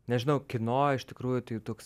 nežinau kino iš tikrųjų tai toks